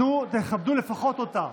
תנו ותכבדו לפחות אותה.